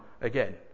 again